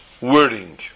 wording